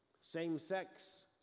same-sex